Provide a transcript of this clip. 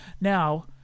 Now